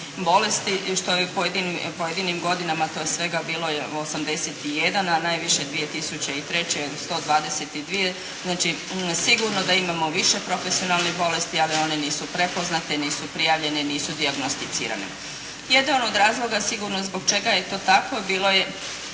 bolesti i što je u pojedinim godinama to je svega bilo 81 a najviše 2003. 122. Znači, sigurno da imamo više profesionalnih bolesti ali one nisu prepoznate i nisu prijavljene i nisu dijagnosticirane. Jedan od razloga sigurno zbog čega je to tako bilo je